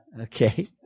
okay